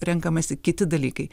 renkamasi kiti dalykai